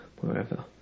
wherever